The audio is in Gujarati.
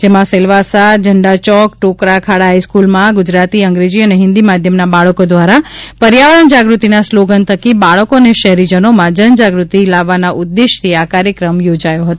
જેમાં સેલવાસા ઝંડાચોક ટોકર ખાડા હાઇસ્ક્રલમાં ગુજરાતી અંગ્રેજી અને હિન્દી માધ્યમના બાળકો દ્વારા પર્યાવરણ જાગૃતિના સ્લોગન થકી બાળકો અને શહેરીજનોમાં જનજાગ્રતિ લાવવાના ઉદેશયથી આ કાર્યક્રમ યોજાયો હતો